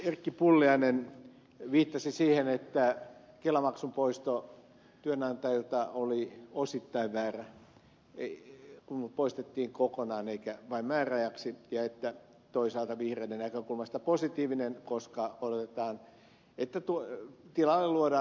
erkki pulliainen viittasi siihen että kelamaksun poisto työnantajilta oli osittain väärä ratkaisu kun se poistettiin kokonaan eikä vain määräajaksi ja toisaalta se on vihreiden näkökulmasta positiivinen ratkaisu koska odotetaan että tilalle luodaan ympäristöveroja